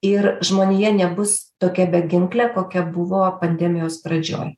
ir žmonija nebus tokia beginklė kokia buvo pandemijos pradžioj